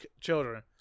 children